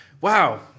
Wow